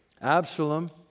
Absalom